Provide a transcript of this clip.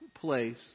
place